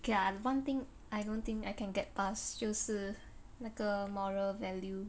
okay lah one thing I don't think I can get past 就是那个 moral value